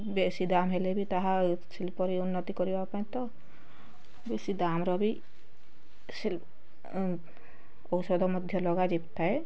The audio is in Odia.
ବେଶୀ ଦାମ୍ ହେଲେ ବି ତାହା ଶିଳ୍ପରେ ଉନ୍ନତି କରିବାପାଇଁ ତ ବେଶୀ ଦାମର ବି ଶିଳ୍ପ ଔଷଧ ମଧ୍ୟ ଲଗାଯାଇଥାଏ